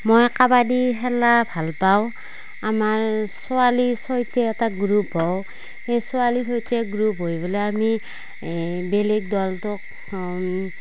মই কাবাডী খেলা ভালপাওঁ আমাৰ ছোৱালীৰ সৈতে এটা গ্ৰুপ হওঁ সেই ছোৱালীৰ সৈতে গ্ৰুপ হৈ পেলাই আমি বেলেগ দলটোক